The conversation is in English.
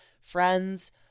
friends